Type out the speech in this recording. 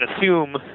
assume